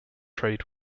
trade